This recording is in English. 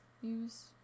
use